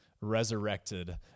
resurrected